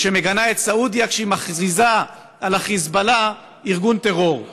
שמגנה את סעודיה כשהיא מכריזה על "חיזבאללה" ארגון טרור.